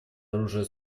оружие